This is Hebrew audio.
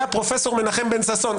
היה פרופ' מנחם בן ששון,